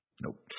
Nope